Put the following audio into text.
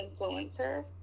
influencer